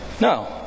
No